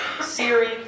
Siri